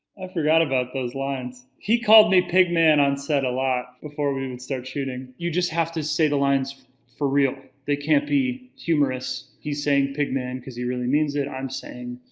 i forgot about those lines. he called me pig man on set a lot before we would start shooting. you just have to say the lines for real. they can't be humorous, he's saying, pig man, because he really means it. i'm saying,